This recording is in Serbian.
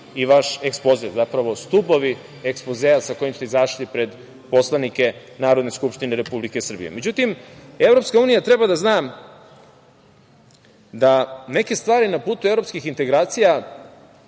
i vaš ekspoze, zapravo stubovi ekspozea sa kojim ste izašli pred poslanike Narodne skupštine Republike Srbije.Međutim, EU treba da zna da neke stvari na putu evropskih integracija